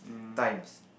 times